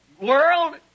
world